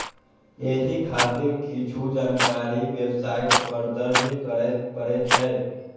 एहि खातिर किछु जानकारी वेबसाइट पर दर्ज करय पड़ै छै